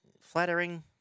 Flattering